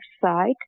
side